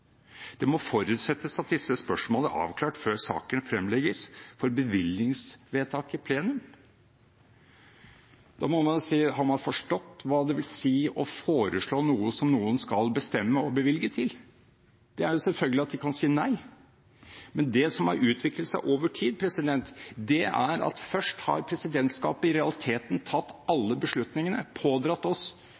Det må forutsettes at disse spørsmålene er avklart før saken fremlegges for bevilgningsvedtak i plenum.» Har man forstått hva det vil si å foreslå noe som noen skal bestemme og bevilge til? Det er selvfølgelig at de kan si nei. Det som har utviklet seg over tid, er at først har presidentskapet i realiteten tatt alle beslutningene og pådratt oss